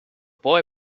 boy